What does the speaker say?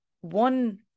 one